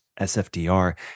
SFDR